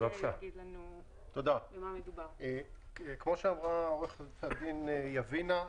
כמו שאמרה עו"ד יבינה,